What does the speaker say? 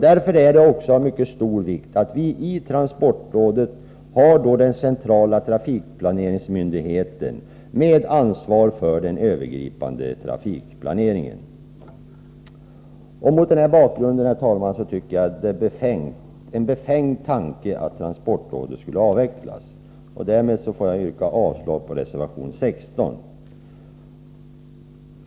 Därför är det av mycket stor vikt att vi i transportrådet har den centrala trafikplaneringsmyndigheten, med ansvar för den övergripande trafikplaneringen. Mot denna bakgrund, herr talman, är det en befängd tanke att transportrådet skulle avvecklas. Därmed får jag yrka avslag på reservation 16.